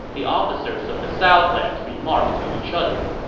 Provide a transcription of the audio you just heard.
the officers of the southlands remarked to each other,